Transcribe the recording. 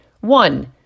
One